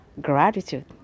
Gratitude